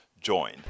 join